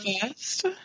first